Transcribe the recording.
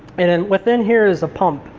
and and within here is the pump.